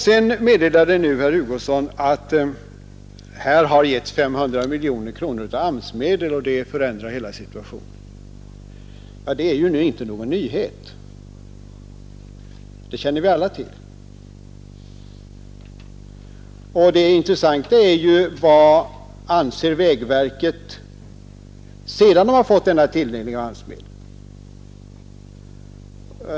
Sedan meddelade herr Hugosson att här har getts 500 miljoner kronor av AMS-medel, och det förändrar hela situationen. Ja det är ju inte någon nyhet — det känner vi alla till. Det intressanta är: Vad anser vägverket, sedan verket har fått denna tilldelning av AMS-medel?